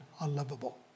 unlovable